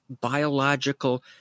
biological